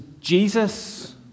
Jesus